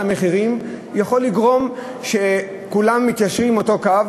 המחירים יכול לגרום שכולם מתיישרים עם אותו קו,